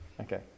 Okay